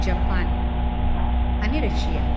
Japan आनी Russia